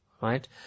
right